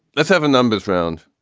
let's have a numbers round.